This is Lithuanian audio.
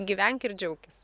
gyvenk ir džiaukis